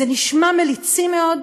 זה נשמע מליצי מאוד,